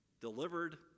delivered